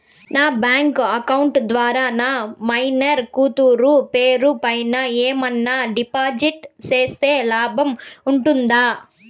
నా bank account ద్వారా నా మైనర్ కూతురు పేరు పైన ఏమన్నా డిపాజిట్లు సేస్తే లాభం ఉంటుందా?